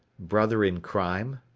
brother in crime?